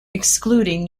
excluding